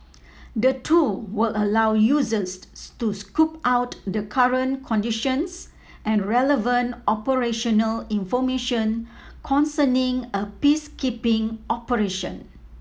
the tool will allow users to scope out the current conditions and relevant operational information concerning a peacekeeping operation